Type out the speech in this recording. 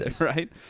right